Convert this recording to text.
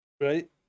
Right